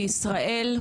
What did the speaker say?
בישראל,